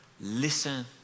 Listen